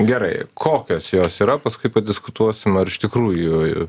gerai kokios jos yra paskui padiskutuosim ar iš tikrųjų